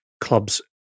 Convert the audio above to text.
clubs